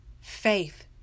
faith